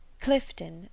Clifton